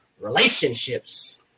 relationships